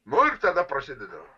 nu ir tada prasideda